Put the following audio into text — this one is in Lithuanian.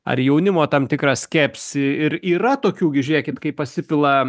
ar jaunimo tam tikrą skepsį ir yra tokių gi žiūrėkit kai pasipila